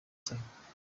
cyane